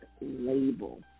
label